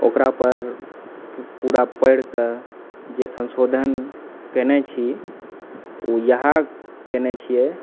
ओकरा उपर पूरा पढ़िके जे संशोधन केनेछी ओ यऽ केने छिए